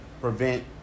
prevent